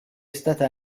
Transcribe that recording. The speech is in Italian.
stata